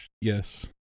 Yes